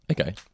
Okay